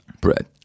Bread